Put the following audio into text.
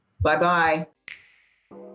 Bye-bye